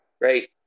right